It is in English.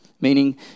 meaning